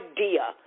idea